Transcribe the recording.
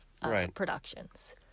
productions